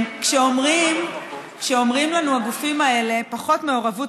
כשאומרים לנו הגופים האלה: פחות מעורבות